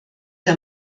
der